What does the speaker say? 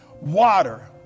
water